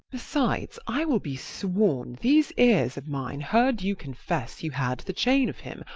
besides, i will be sworn these ears of mine heard you confess you had the chain of him,